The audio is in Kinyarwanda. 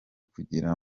kugira